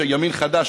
יש ימין חדש,